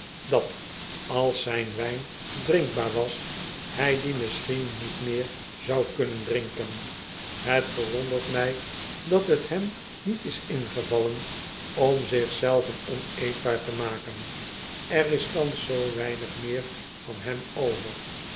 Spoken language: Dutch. dat als zijn wijn drinkbaar was hij dien misschien niet meet zou kunnen drinken het verwondert mij da het hem niet is ingevallen om zich zelven oneetbaar te maken er is thans zoo weinig meer van hem over